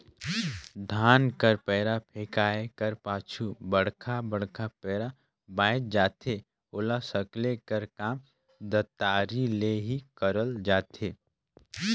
धान कर पैरा फेकाए कर पाछू बड़खा बड़खा पैरा बाएच जाथे ओला सकेले कर काम दँतारी ले ही करल जाथे